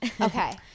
Okay